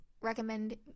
recommend